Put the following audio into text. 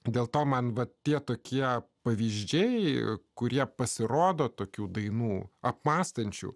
dėl to man va tie tokie pavyzdžiai kurie pasirodo tokių dainų apmąstančių